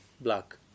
black